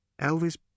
Elvis